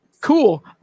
cool